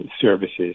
services